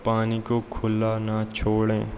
पानी को खुला ना छोड़ें